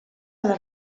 les